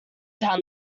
down